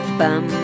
bum